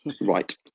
Right